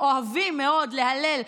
האוניברסיטאות, הופעל מנגנון שקלול,